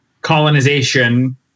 colonization